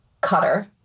cutter